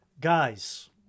guys